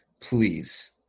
please